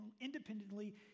independently